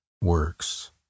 works